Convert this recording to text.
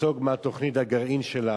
ותיסוג מתוכנית הגרעין שלה,